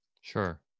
Sure